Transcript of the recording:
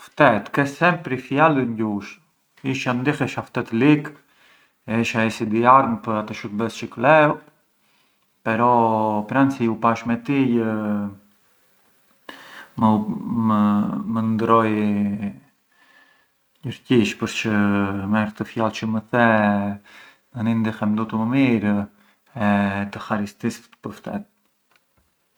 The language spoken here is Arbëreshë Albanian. Ftet ke sempri fjalën gjushtu, isht e ndihesha ftet lik e isha i sidiarm për atë shurbes çë kleu, però pran si u pash me tij më…më ndërroi gjërgjish përçë me atë fjalë çë më the nani venë gjërgjish më mirë e të haristis pë‘ ftet.